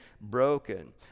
broken